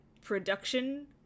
production